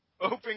Open